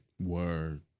Word